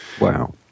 Wow